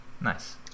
Nice